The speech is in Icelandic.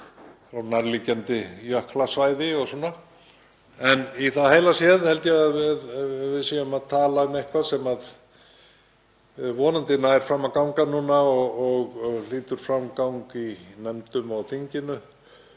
af nærliggjandi jöklasvæði og öðru. En í heildina held ég að við séum að tala um eitthvað sem nær vonandi fram að ganga núna og hlýtur framgang í nefndum og þinginu